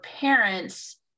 parents